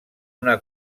una